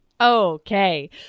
Okay